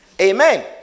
Amen